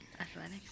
Athletics